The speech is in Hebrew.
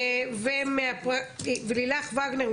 ולילך וגנר,